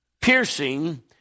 piercing